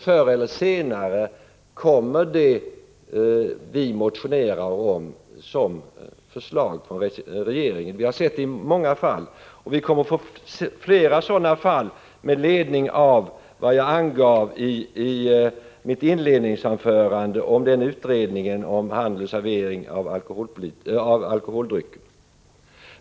Förr eller senare kommer det vi motionerar om som förslag från regeringen. Vi har sett det i många fall, och vi kommer att få se flera sådana fall. Jag säger detta mot bakgrund av vad jag i mitt inledningsanförande yttrade om utredningen om handel med och servering av alkoholdrycker.